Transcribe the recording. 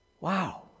Wow